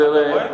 אתה רואה?